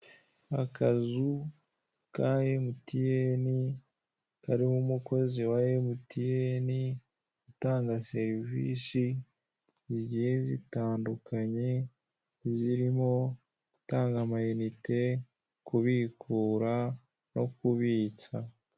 Akazu ka emutiyene karimo umukozi wa emutiyene, utanga serivise zigiye zitandukanye zirimo gutanga amayinite, kubikura no kubitsa.